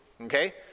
okay